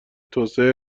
توسعه